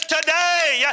Today